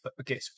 okay